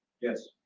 Yes